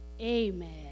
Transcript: Amen